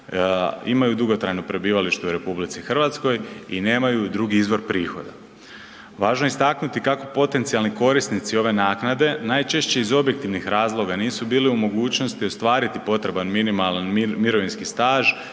imaju dugotrajno prebivalište u RH i nemaju drugi izvor prihoda. Važno je istaknuti kako potencijalni korisnici ove naknade najčešće iz objektivnih razloga nisu bili u mogućnosti ostvariti potreban minimalan mirovinski staž,